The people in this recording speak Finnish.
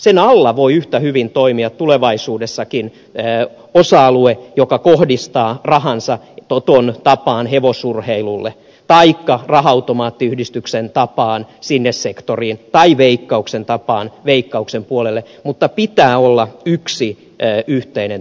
sen alla voi yhtä hyvin toimia tulevaisuudessakin osa alue joka kohdistaa rahansa toton tapaan hevosurheilulle taikka raha automaattiyhdistyksen tapaan siihen sektoriin tai veikkauksen tapaan veikkauksen puolelle mutta pitää olla yksi yhteinen toimija